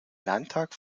landtag